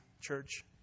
church